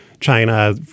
China